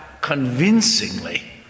convincingly